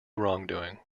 wrongdoing